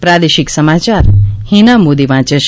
પ્રાદેશિક સમાચાર હિના મોદી વાંચે છે